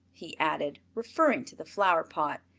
he added, referring to the flower-pot,